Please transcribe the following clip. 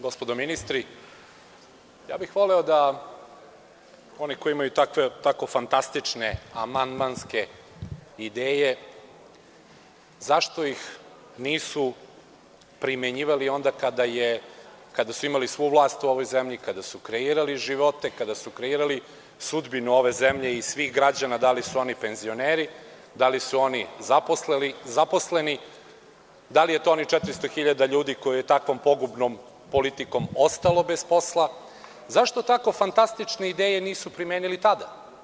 Gospodo ministri, voleo bih da onikoji imaju tako fantastične amandmanske ideje, zašto ih nisu primenjivali onda kada su imali svu vlast u ovoj zemlji, kada su kreirali živote, kada su kreirali sudbinu ove zemlje i svih građana, da li su oni penzioneri, da li su oni zaposleni, da li je to onih 400.000 ljudi koji su takvom pogubnom politikom ostalo bez posla, zašto tako fantastične ideje nisu primenili tada?